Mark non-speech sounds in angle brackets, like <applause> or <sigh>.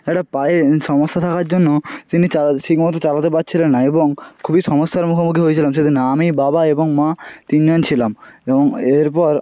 একটা পায়ে সমস্যা থাকার জন্য তিনি <unintelligible> ঠিক মতো চালাতে পারছিলেন না এবং খুবই সমস্যার মুখোমুখি হয়েছিলাম সেদিন আমি বাবা এবং মা তিনজন ছিলাম এবং এরপর